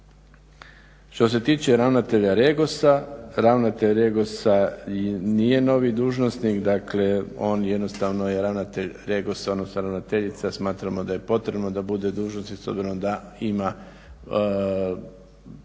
Što se tiče ravnatelja REGOS-a nije novi dužnosnik. Dakle, on jednostavno je ravnatelj REGOS-a, odnosno ravnateljica. Smatramo da je potrebno da bude dužnosnik s obzirom da ima razloga